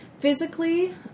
Physically